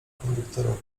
konduktorowi